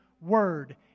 word